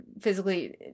physically